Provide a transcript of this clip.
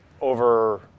over